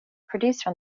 producer